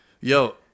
Yo